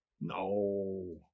no